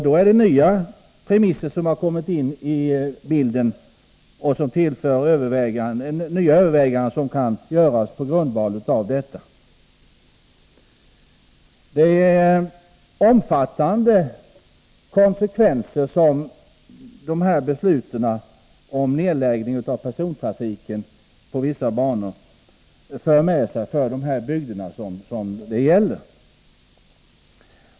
Då har alltså nya premisser kommit in i bilden, och det medför att nya överväganden kan göras på grundval av dessa. Ett beslut om nedläggning av persontrafiken på vissa banor får omfattande konsekvenser för de bygder som det gäller.